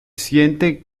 siente